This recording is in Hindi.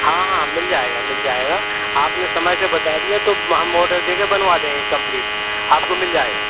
हाँ हाँ मिल जाएगा मिल जाएगा आप ने समय से बता दिया तो हम ऑडर दे कर बनवा देंगे कम्प्लीट आपको मिल जाएगा